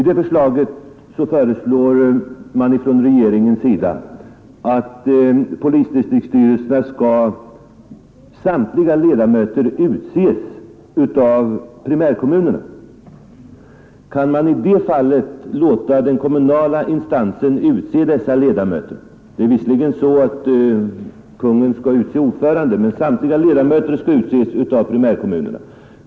Regeringen föreslår där att samtliga ledamöter i polisdistriktsstyrelserna skall utses av primärkommunerna med undantag av polischef och landsting. Därjämte skall Kungl. Maj:t utse ordföranden, men samtliga övriga ledamöter skall enligt förslaget utses av primärkommunerna.